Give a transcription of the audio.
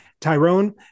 Tyrone